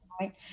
Right